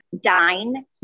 dine